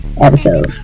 episode